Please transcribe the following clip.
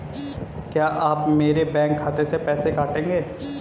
क्या आप मेरे बैंक खाते से पैसे काटेंगे?